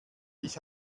ich